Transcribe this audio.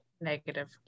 Negative